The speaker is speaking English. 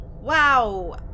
wow